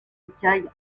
écailles